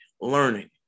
learning